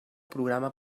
programa